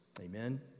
amen